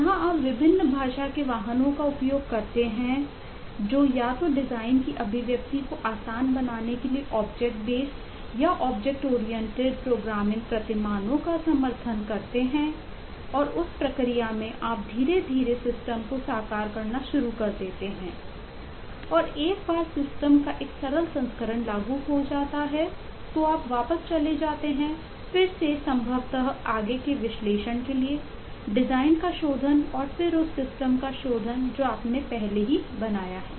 जहाँ आप विभिन्न भाषा के वाहनों का उपयोग करते हैं जो या तो डिज़ाइन की अभिव्यक्ति को आसान बनाने के लिए ऑब्जेक्ट बेस का शोधन जो आपने पहले ही बनाया है